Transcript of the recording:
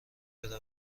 بره